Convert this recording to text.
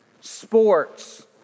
sports